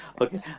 Okay